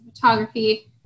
photography